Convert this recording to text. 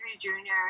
junior